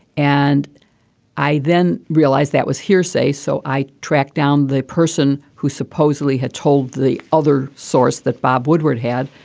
and i then realized that was hearsay. so i tracked down the person who supposedly had told the other source that bob woodward had,